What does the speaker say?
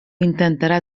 intentarà